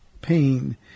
pain